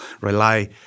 rely